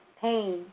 pain